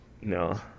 No